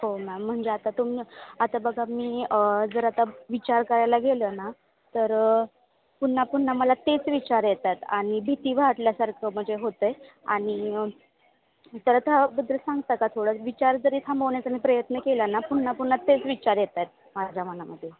हो मॅम म्हणजे आता तुम आता बघा मी जर आता विचार करायला गेलं ना तर पुन्हा पुन्हा मला तेच विचार येतात आणि भीती वाटल्यासारखं म्हणजे होतं आहे आणि तर त्याबद्दल सांगता का थोडं विचार जरी थांबवण्याचा मी प्रयत्न केला ना पुन्हा पुन्हा तेच विचार येत आहेत माझ्या मनामध्ये